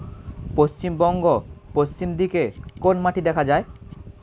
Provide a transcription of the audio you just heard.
পশ্চিমবঙ্গ পশ্চিম দিকে কোন মাটি দেখা যায়?